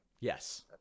Yes